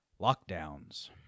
lockdowns